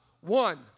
one